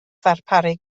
ddarparu